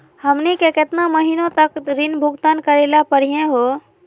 हमनी के केतना महीनों तक ऋण भुगतान करेला परही हो?